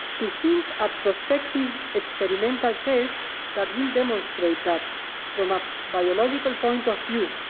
to hint at prospective experimental tests that will demonstrate that from a biological point of view,